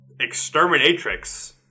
Exterminatrix